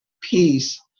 peace